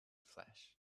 flesh